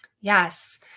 Yes